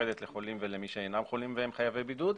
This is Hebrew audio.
לחולים ושאינם חולים והם חייבי בידוד.